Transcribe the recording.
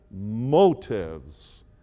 motives